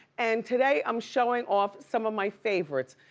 and today i'm showing off some of my favorites.